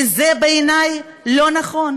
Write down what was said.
וזה בעיני לא נכון.